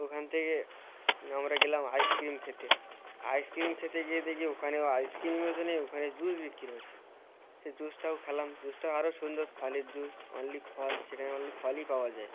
ওখান থেকে আমরা গেলাম আইসক্রিম খেতে আইসক্রিম খেতে গিয়ে দেখি ওখানে আইসক্রিম নেই ওখানে জুস বিক্রি হচ্ছে সে জুসটাও খেলাম জুসটাও আরও সুন্দর ফলের জুস ওনলি ফল সেখানে ওনলি ফলই পাওয়া যায়